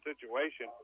situation